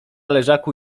leżaku